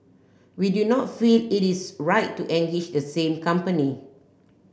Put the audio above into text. we do not feel it is right to the same company